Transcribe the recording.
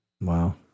Wow